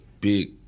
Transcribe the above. big